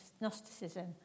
Gnosticism